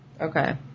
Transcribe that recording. Okay